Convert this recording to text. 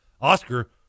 Oscar